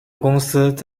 公司